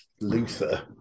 Luther